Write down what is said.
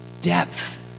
Depth